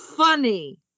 funny